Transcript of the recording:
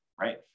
right